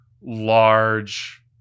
large